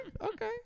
Okay